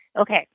Okay